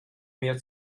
mehr